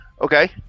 Okay